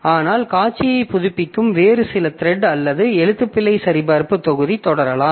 ஆனால் காட்சியைப் புதுப்பிக்கும் வேறு சில த்ரெட் அல்லது எழுத்துப்பிழை சரிபார்ப்பு தொகுதி தொடரலாம்